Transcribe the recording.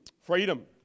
Freedom